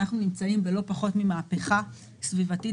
אנחנו נמצאים בלא פחות ממהפכה סביבתית